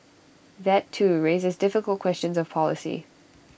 that too raises difficult questions of policy